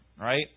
right